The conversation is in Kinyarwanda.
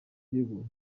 gihugu